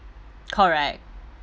correct